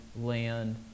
land